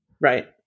Right